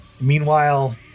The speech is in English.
Meanwhile